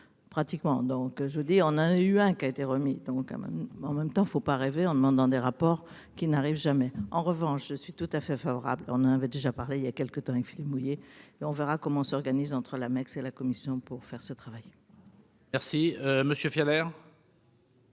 pratiquement, donc je dis : on a eu un qui a été remis, donc quand même, mais en même temps, faut pas rêver, en demandant des rapports qui n'arrive jamais, en revanche, je suis tout à fait favorable, on en avait déjà parlé il y a quelque temps avec Philippe mouiller et on verra comment on s'organise entre La Mecque, c'est la commission pour faire ce travail. Merci monsieur Fiole